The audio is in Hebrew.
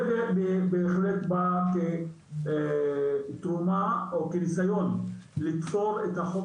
זה בהחלט בא כתרומה או כניסיון ליצור את החוק